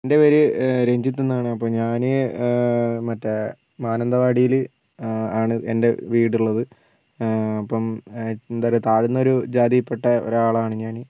എന്റെ പേര് രഞ്ജിത് എന്നാണ് അപ്പോൾ ഞാൻ മറ്റേ മാനന്തവാടിയിൽ ആണ് എൻ്റെ വീടുള്ളത് അപ്പം എന്താ പറയാ താഴ്ന്ന ഒരു ജാതിയിൽപ്പെട്ട ഒരാളാണ് ഞാൻ